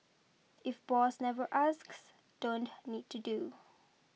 if boss never asks don't need to do